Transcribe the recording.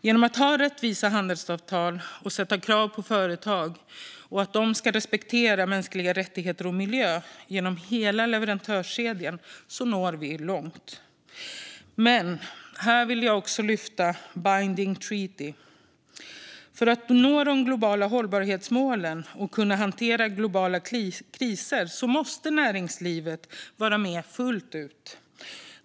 Genom att ha rättvisa handelsavtal, och ställa krav på att företag ska respektera mänskliga rättigheter och miljö genom hela leverantörskedjan, når vi långt. Här vill jag också lyfta fram binding treaty. För att nå de globala hållbarhetsmålen och kunna hantera globala kriser måste näringslivet vara med fullt ut.